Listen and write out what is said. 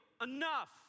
Enough